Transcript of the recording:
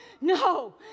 no